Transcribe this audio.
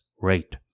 rate